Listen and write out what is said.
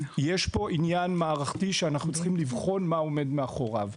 יש פה עניין מערכתי ואנחנו צריכים לבדוק מה עומד מאחוריו.